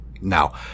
Now